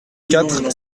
quatre